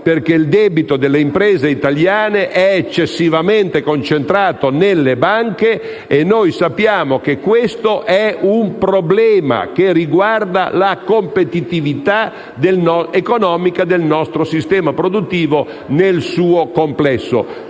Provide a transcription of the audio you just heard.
perché il debito delle imprese italiane è eccessivamente concentrato nelle banche. E noi sappiamo che questo è un problema che riguarda la competitività economica del nostro sistema produttivo nel suo complesso.